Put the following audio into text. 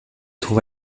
trouva